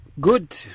Good